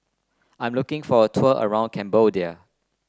I'm looking for a tour around Cambodia